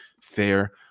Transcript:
Fair